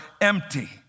empty